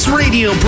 radio